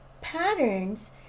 patterns